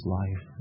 life